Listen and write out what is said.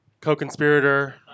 co-conspirator